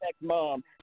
mom